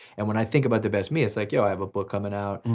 and when i think about the best me, it's like yo i have a book coming out,